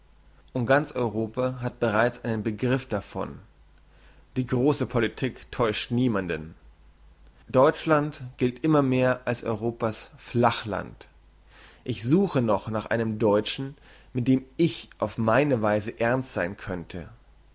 und ganz europa hat bereits einen begriff davon die grosse politik täuscht niemanden deutschland gilt immer mehr als europa's flachland ich suche noch nach einem deutschen mit dem ich auf meine weise ernst sein könnte